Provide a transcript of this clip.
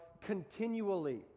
continually